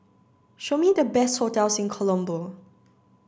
show me the best hotels in Colombo